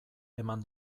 eman